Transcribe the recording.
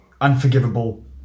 unforgivable